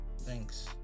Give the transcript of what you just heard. thanks